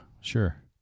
sure